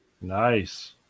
Nice